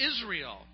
israel